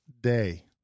day